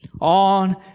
on